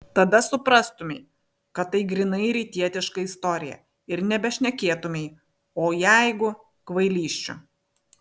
tada suprastumei kad tai grynai rytietiška istorija ir nebešnekėtumei o jeigu kvailysčių